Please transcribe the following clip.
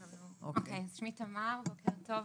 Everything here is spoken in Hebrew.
אז שמי תמר, בוקר טוב.